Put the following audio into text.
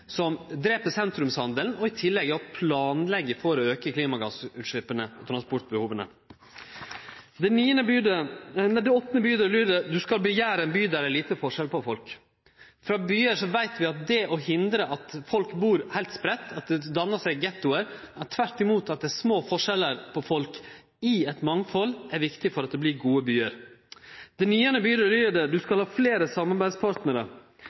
som drep sentrumshandelen og i tillegg er å planleggje for å auke klimagassutsleppa og transportbehova. Det åttande bodet lyder: Du skal begjære ein by der det er liten forskjell på folk. Frå byar veit vi at det å hindre at folk bur heilt spreitt, at det dannar seg gettoar, men at det tvert imot er små forskjellar på folk i eit mangfald, er viktig for at det vert gode byar. Det niande bodet lyder: Du skal ha fleire samarbeidspartnarar.